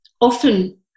often